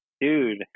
Dude